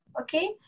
Okay